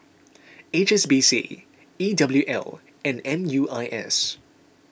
H S B C E W L and M U I S